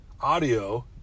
audio